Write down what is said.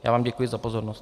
Já vám děkuji za pozornost.